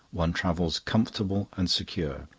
one travels comfortable and secure,